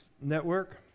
network